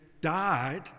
died